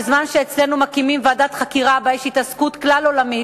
בזמן שאצלנו מקימים ועדת חקירה שיש בה התעסקות כלל-עולמית,